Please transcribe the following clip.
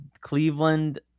Cleveland